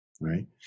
Right